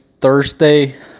Thursday